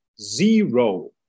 zero